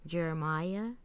Jeremiah